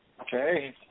Okay